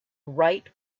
write